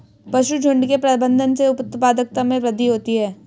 पशुझुण्ड के प्रबंधन से उत्पादकता में वृद्धि होती है